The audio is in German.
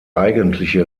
eigentliche